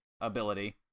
ability